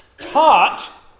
Taught